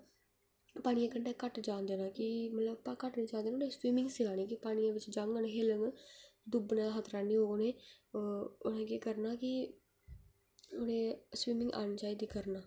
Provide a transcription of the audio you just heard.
पानियै कंढै घट्ट जान देना मतलब कि घट्ट नेईं जान देना उ'नें गी स्विमिंग सिखानी क्योंकि पानियै बिच जाङन इ'यै लग्गग डुब्बने दा खतरा नेईं होग उ'नें गी होर उ'नें केह् करना कि उ'नें स्विमिंग आनी चाहिदी करना